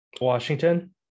Washington